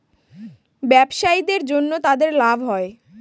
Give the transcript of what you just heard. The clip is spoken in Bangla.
ব্যবসায়ীদের জন্য তাদের লাভ হয়